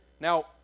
Now